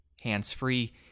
hands-free